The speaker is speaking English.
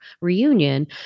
reunion